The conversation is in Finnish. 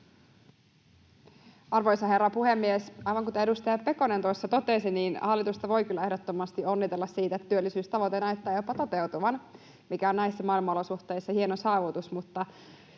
Arvoisa herra puhemies! Aivan kuten edustaja Pekonen tuossa totesi, hallitusta voi kyllä ehdottomasti onnitella siitä, että työllisyystavoite näyttää jopa toteutuvan, mikä on näissä maailmanolosuhteissa hieno saavutus,